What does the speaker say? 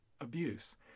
abuse